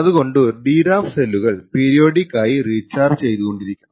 അതുകൊണ്ടു DRAM സെല്ലുകൾ periodic ആയി റീചാർജ് ചെയ്തുകൊണ്ടിരിക്കണം